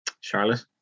Charlotte